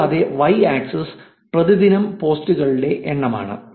കൂടാതെ Y axis പ്രതിദിനം പോസ്റ്റുകളുടെ എണ്ണമാണ്